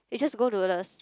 is just go to the